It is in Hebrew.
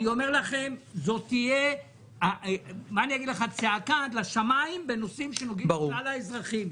אני אומר לכם: תהיה צעקה עד לשמים בנושאים שנוגעים לכלל האזרחים.